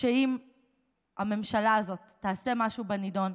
שאם הממשלה הזאת תעשה משהו בנדון,